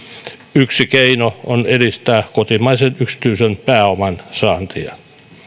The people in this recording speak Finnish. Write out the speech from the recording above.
yksi keino on edistää kotimaisen yksityisen pääoman saantia